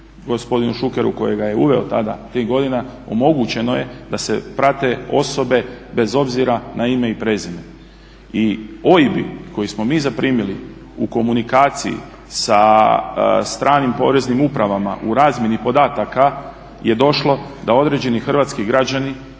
gospodinu Šukeru koji ga je uveo tada, tih godina omogućeno je da se prate osobe bez obzira na ime i prezime. I OIB-i koje smo mi zaprimili u komunikaciji sa stranim poreznim upravama u razmjeni podataka je došlo da određeni hrvatski građani